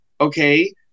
Okay